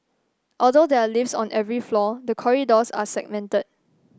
although there are lifts on every floor the corridors are segmented